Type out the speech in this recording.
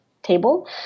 Table